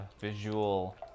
visual